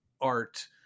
art